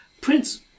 Prince